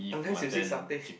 unless you say satay